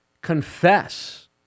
confess